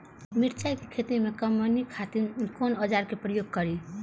मिरचाई के खेती में कमनी खातिर कुन औजार के प्रयोग करी?